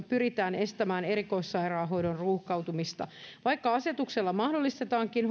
pyritään estämään erikoissairaanhoidon ruuhkautumista vaikka asetuksella mahdollistetaankin